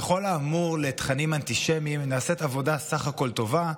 בכל האמור לתכנים אנטישמיים נעשית עבודה בסך הכול טובה.